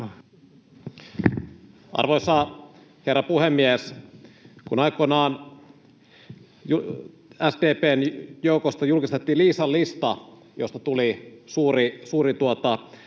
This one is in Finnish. Arvoisa herra puhemies! Kun aikoinaan SDP:n joukosta julkistettiin Liisan lista, joka antoi osviittaa